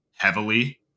Heavily